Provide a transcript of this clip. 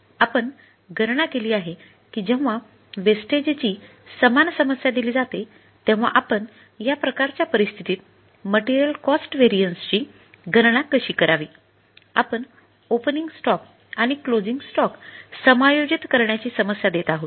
आपण गणना केली आहे की जेव्हा वेस्टेज ची समान समस्या दिली जाते तेव्हा आपण या प्रकारच्या परिस्थितीत मटेरियल कॉस्ट व्हेरिएन्सची समायोजित करण्याची समस्या देत आहोत